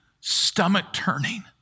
stomach-turning